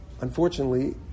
unfortunately